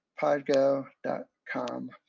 podgo.com